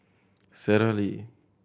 Sara Lee